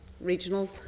regional